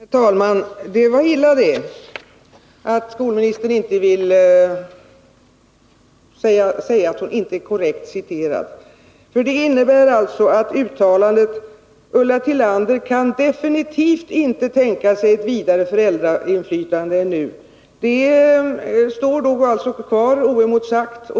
Herr talman! Det var illa att skolministern inte ville säga att hon inte är korrekt citerad. Det innebär alltså att uttalandet ”Ulla Tillander kan definitivt inte tänka sig ett vidare föräldrainflytande än nu” står kvar oemotsagt.